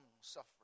suffering